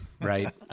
Right